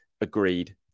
agreed